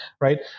right